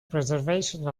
preservation